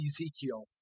Ezekiel